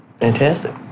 Fantastic